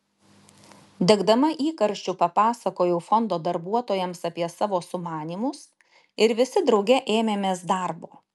degdama įkarščiu papasakojau fondo darbuotojams apie savo sumanymus ir visi drauge ėmėmės darbo